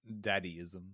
Daddyism